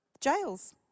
jails